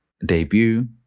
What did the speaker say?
Debut